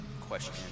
question